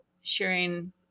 sharing